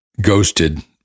ghosted